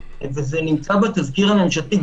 וזה נמצא בתזכיר הממשלתי.